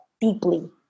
deeply